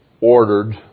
ordered